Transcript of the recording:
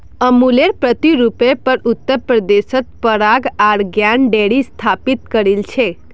अमुलेर प्रतिरुपेर पर उत्तर प्रदेशत पराग आर ज्ञान डेरी स्थापित करील छेक